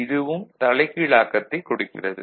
இதுவும் தலைகீழாக்கத்தைக் கொடுக்கிறது